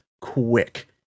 quick